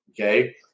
okay